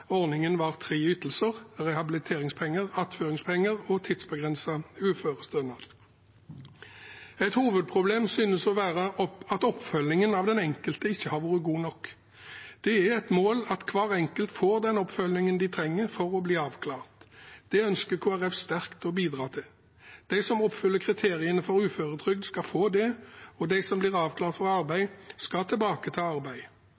ordningen besto av tre ytelser: rehabiliteringspenger, attføringspenger og tidsbegrenset uførestønad. Et hovedproblem synes å være at oppfølgingen av den enkelte ikke har vært god nok. Det er et mål at hver enkelt får den oppfølgingen de trenger for å bli avklart. Det ønsker Kristelig Folkeparti sterkt å bidra til. De som oppfyller kriteriene for uføretrygd, skal få det, og de som blir avklart for arbeid, skal tilbake til arbeid.